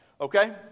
Okay